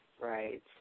right